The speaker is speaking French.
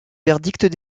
verdict